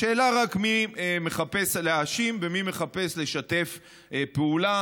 השאלה רק מי מחפש להאשים ומי מחפש לשתף פעולה